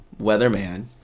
weatherman